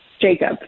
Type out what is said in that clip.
Jacob